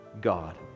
God